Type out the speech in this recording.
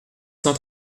cent